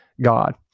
God